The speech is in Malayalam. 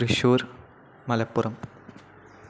തൃശ്ശൂർ മലപ്പുറം